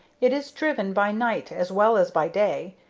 it is driven by night as well as by day,